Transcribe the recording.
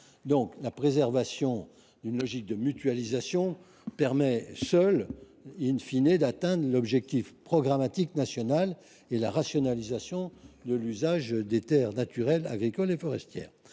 Seule la préservation d’une logique de mutualisation nous permettra d’atteindre l’objectif programmatique national et la rationalisation de l’usage des espaces naturels, agricoles et forestiers.